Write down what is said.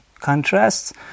contrasts